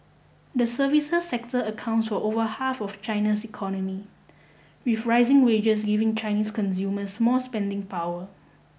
the services sector accounts for over half of China's economy with rising wages giving Chinese consumers more spending power